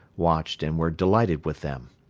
watched and were delighted with them.